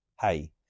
hey